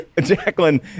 Jacqueline